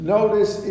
Notice